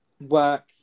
work